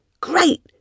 Great